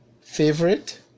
favorite